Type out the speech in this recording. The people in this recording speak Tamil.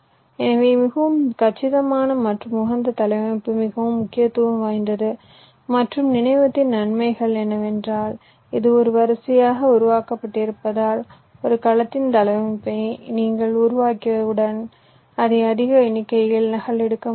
எனவே மிகவும் கச்சிதமான மற்றும் உகந்த தளவமைப்பு மிகவும் முக்கியத்துவம் வாய்ந்தது மற்றும் நினைவகத்தின் நன்மைகள் என்னவென்றால் இது ஒரு வரிசையாக உருவாக்கப்பட்டிருப்பதால் ஒரு கலத்தின் தளவமைப்பை நீங்கள் உருவாக்கியவுடன் அதை அதிக எண்ணிக்கையில் நகலெடுக்க முடியும்